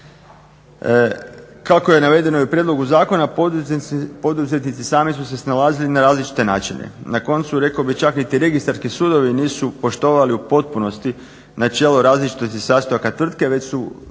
Kako je navedeno i u prijedlogu zakona poduzetnici sami su se snalazili na različite načine. Na koncu rekao bih čak niti registarski sudovi nisu poštovali u potpunosti načelo različitosti sastojaka tvrtke već su